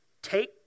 Take